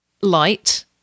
light